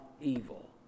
evil